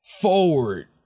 forward